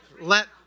Let